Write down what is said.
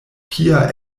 kia